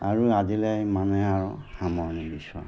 আৰু আজিলৈ ইমানেই আৰু সামৰণি মাৰিছোঁ আৰু